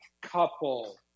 couple